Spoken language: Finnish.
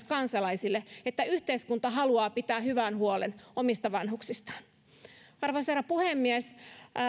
kansalaisille että yhteiskunta haluaa pitää hyvän huolen omista vanhuksistaan arvoisa herra puhemies